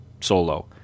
Solo